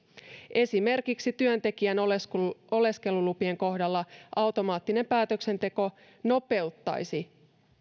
esimerkiksi työntekijän oleskelulupien kohdalla automaattinen päätöksenteko nopeuttaisi